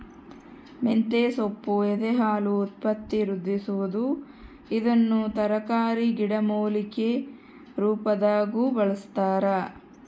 ಮಂತೆಸೊಪ್ಪು ಎದೆಹಾಲು ಉತ್ಪತ್ತಿವೃದ್ಧಿಸುವದು ಇದನ್ನು ತರಕಾರಿ ಗಿಡಮೂಲಿಕೆ ರುಪಾದಾಗೂ ಬಳಸ್ತಾರ